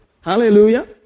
Hallelujah